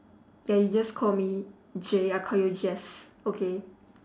ya you just call me J I call you jace okay